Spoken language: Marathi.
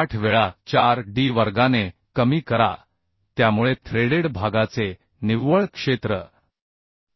78 वेळा 4 डी वर्गाने कमी करा त्यामुळे थ्रेडेड भागाचे निव्वळ क्षेत्र